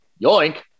yoink